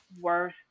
worth